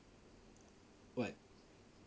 what